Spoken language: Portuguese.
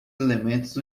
elementos